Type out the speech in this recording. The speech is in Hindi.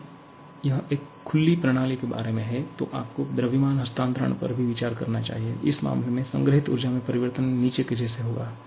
यदि यह एक खुली प्रणाली के बारे में है तो आपको द्रव्यमान हस्तांतरण पर भी विचार करना होगा इस मामले में संग्रहीत ऊर्जा में परिवर्तन निचे के जैसे होगा